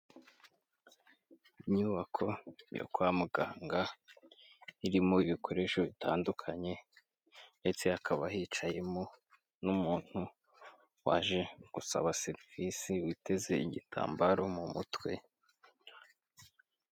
Inyubako yo kwa muganga, irimo ibikoresho bitandukanye ndetse hakaba hicayemo n'umuntu waje gusaba serivisi, witeze igitambaro mu mutwe.